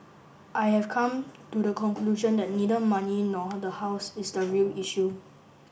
I have come to the conclusion that neither money nor the house is the real issue